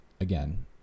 again